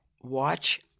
watch